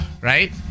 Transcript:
right